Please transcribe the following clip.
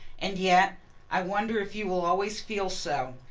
and yet i wonder if you will always feel so?